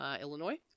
Illinois